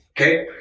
okay